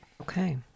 Okay